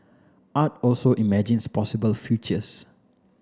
art also imagines possible futures